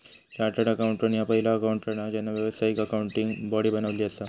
chartered accountant ह्या पहिला accountant हा ज्यांना व्यावसायिक अकाउंटिंग बॉडी बनवली असा